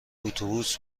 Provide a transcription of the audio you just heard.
اتوبوس